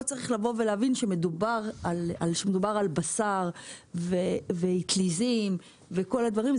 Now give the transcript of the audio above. פה צריך להבין שמדובר על בשר ואטליזים וכל הדברים,